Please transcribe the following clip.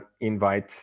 invite